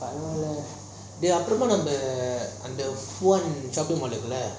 டேய் அப்புறம் நம்ம அந்த:dei apram namma antha phone shopping mall இருக்கும்ல:irukumla